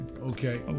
okay